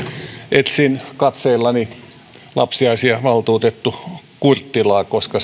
etsin katseellani lapsiasiavaltuutettu kurttilaa koska